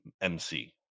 MC